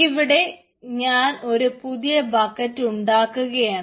ഇവിടെ ഞാൻ ഒരു പുതിയ ബക്കറ്റ് ഉണ്ടാക്കുകയാണ്